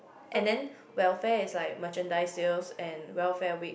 and then welfare is like merchandise sales and welfare week